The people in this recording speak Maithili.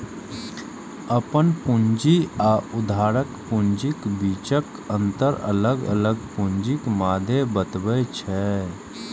अपन पूंजी आ उधारक पूंजीक बीचक अंतर अलग अलग पूंजीक मादे बतबै छै